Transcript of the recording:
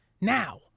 now